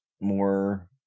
more